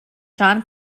john